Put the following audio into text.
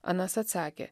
anas atsakė